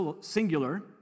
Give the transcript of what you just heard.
singular